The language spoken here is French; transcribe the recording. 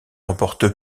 remporte